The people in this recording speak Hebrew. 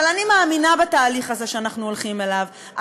אבל אני מאמינה בתהליך הזה שאנחנו הולכים אליו.